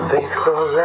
Faithful